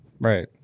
Right